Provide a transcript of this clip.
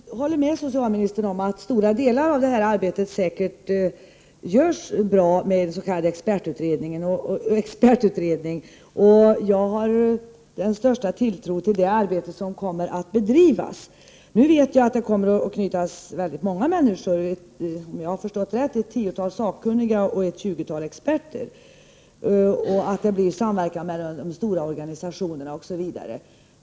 Herr talman! Jag håller med socialministern om att stora delar av detta arbete säkert görs bra med en s.k. expertutredning, och jag har den största tilltro till det arbete som kommer att utföras. Jag vet att ett stort antal människor — om jag har förstått rätt ett tiotal sakkunniga och ett tjugotal experter — kommer att knytas till utredningen, att arbetet skall ske i samverkan med de stora organisationerna osv.